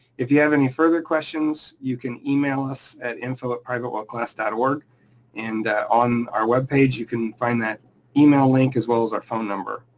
if you have any further questions, you can email us at info ah privatewellclass org, and on our web page, you can find that email link as well as our phone number.